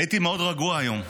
הייתי מאוד רגוע היום,